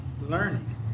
learning